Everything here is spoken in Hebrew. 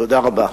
תודה רבה.